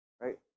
right